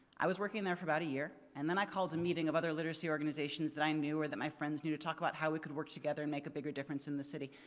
i was working there for about a year and then i called a meeting of other literacy organizations that i knew, that my friends knew to talk about how we could work together and make a bigger difference in the city.